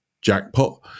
jackpot